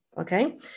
okay